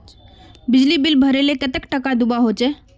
बिजली बिल भरले कतेक टाका दूबा होचे?